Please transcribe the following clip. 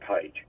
page